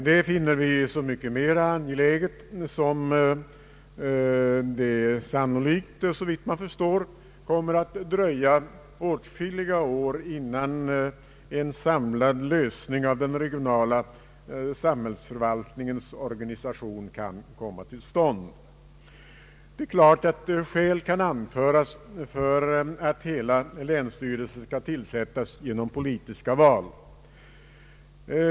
Detta finner vi så mycket mera angeläget som det sannolikt, såvitt man förstår, kommer att dröja åtskilliga år innan en samlad lösning av den regionala samhällsförvaltningens organisation kan komma till stånd. Det är klart att skäl kan anföras för att hela länsstyrelsen skall tillsättas genom politiska val.